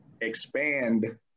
expand